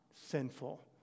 sinful